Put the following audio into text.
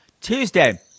Tuesday